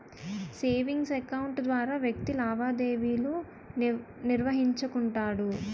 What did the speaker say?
savings account ద్వారా వ్యక్తి లావాదేవీలు నిర్వహించుకుంటాడు